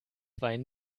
wein